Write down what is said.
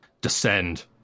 Descend